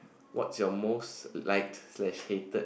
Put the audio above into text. what's your most liked slash hated